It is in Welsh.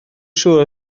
siŵr